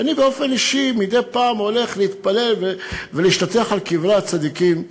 ואני באופן אישי מדי פעם הולך להתפלל ולהשתטח על קברי הצדיקים.